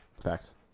facts